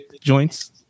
joints